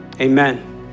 Amen